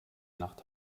nacht